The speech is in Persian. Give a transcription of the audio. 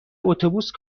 اتوبوس